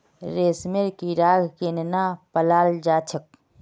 रेशमेर कीड़ाक केनना पलाल जा छेक